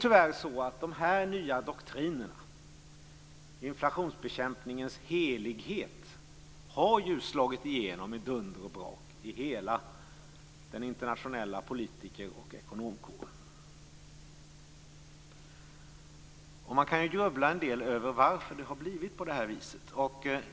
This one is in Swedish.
Tyvärr har de här nya doktrinerna, inflationsbekämpningens helighet, slagit igenom med dunder och brak i hela den internationella politiker och ekonomkåren. Man kan grubbla en del över varför det har blivit på det här viset.